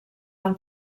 amb